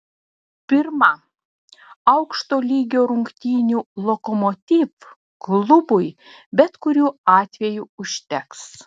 pirma aukšto lygio rungtynių lokomotiv klubui bet kuriuo atveju užteks